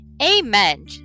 Amen